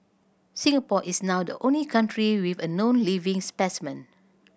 Singapore is now the only country with a known living specimen